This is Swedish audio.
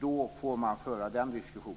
då får man föra den diskussionen.